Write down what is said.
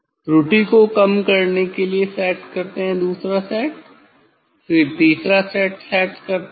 त्रुटि को कम करने के लिए सेट करते हैं दूसरा सेट फिर तीसरा सेट सेट करते हैं